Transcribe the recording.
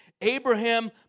Abraham